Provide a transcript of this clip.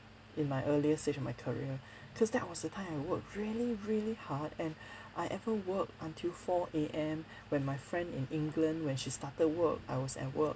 in my earlier stage of my career cause that was the time I worked really really hard and I ever work until four A_M when my friend in england when she started work I was at work